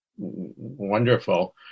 Wonderful